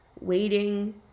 waiting